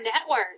network